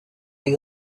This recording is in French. les